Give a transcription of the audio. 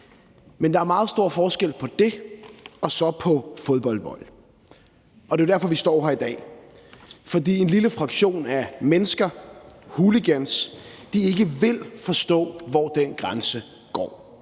Men der er meget stor forskel på det og så på fodboldvold, og det er jo derfor, vi står her i dag. Det er, fordi en lille fraktion af mennesker, hooligans, ikke vil forstå, hvor den grænse går.